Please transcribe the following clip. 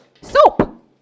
Soap